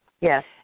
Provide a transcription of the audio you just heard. yes